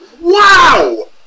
Wow